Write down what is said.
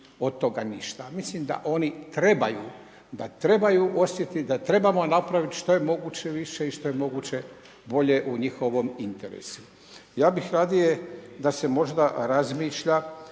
od toga ništa. Mislim da oni trebaju, da trebaju osjetit, da trebamo napravit što je moguće više i što je moguće bolje u njihovom interesu. Ja bih radije da se možda razmišlja